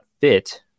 fit